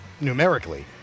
numerically